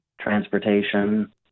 transportation